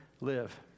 live